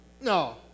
No